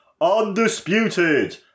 undisputed